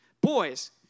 Boys